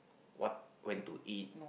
what when to eat